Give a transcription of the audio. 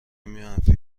منفی